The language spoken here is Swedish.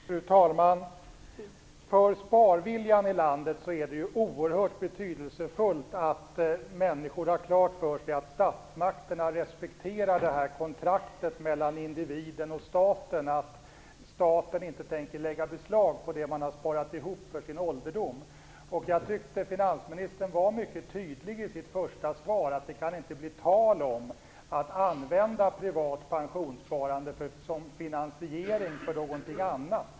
Fru talman! Det är för sparviljan i landet oerhört betydelsefullt att människor har klart för sig att statsmakterna respekterar kontraktet mellan individen och staten om att staten inte tänker lägga beslag på det som man har sparat ihop för sin ålderdom. Jag tyckte att finansministern i sitt första svar var mycket tydlig - det kan inte bli tal om att använda privat pensionssparande som finansiering av någonting annat.